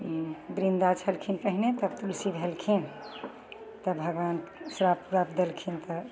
वृन्दा छलखिन पहिने तब तुलसी भेलखिन तऽ भगवान श्राप उराप देलखिन तऽ